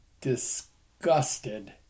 disgusted